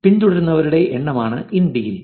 പിന്തുടരുന്നവരുടെ എണ്ണമാണ് in degree